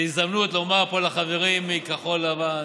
זו ההזדמנות לומר פה לחברים מכחול לבן,